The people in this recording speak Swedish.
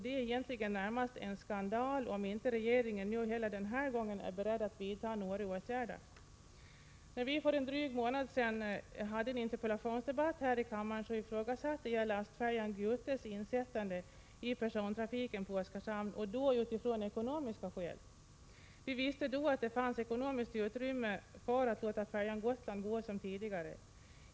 Det är egentligen närmast en skandal om regeringen inte heller denna gång är beredd att vidta åtgärder. När vi för en dryg månad sedan hade en interpellationsdebatt här i kammaren ifrågasatte jag insättandet av lastfärjan Gute i persontrafiken på Oskarshamn av ekonomiska skäl. Vi visste då att det fanns ekonomiskt utrymme för att låta färjan Gotland gå som tidigare.